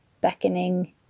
beckoning